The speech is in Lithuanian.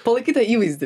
palaikyt tą įvaizdį